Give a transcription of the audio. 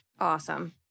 Awesome